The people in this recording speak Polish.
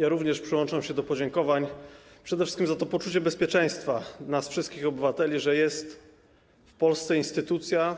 Ja również przyłączam się do podziękowań przede wszystkim za poczucie bezpieczeństwa nas wszystkich, obywateli, że jest w Polsce instytucja,